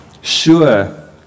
sure